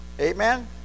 Amen